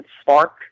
spark